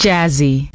Jazzy